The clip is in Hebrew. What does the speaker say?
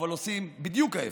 אבל עושים בדיוק ההפך.